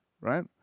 right